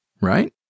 right